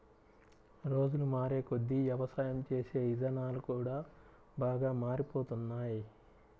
రోజులు మారేకొద్దీ యవసాయం చేసే ఇదానాలు కూడా బాగా మారిపోతున్నాయ్